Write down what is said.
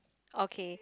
okay